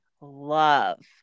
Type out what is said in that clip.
love